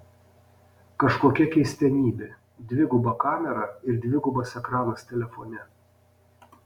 kažkokia keistenybė dviguba kamera ir dvigubas ekranas telefone